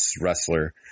wrestler